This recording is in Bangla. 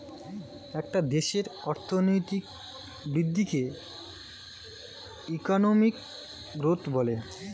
একটা দেশের অর্থনৈতিক বৃদ্ধিকে ইকোনমিক গ্রোথ বলে